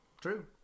true